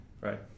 right